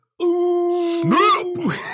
snoop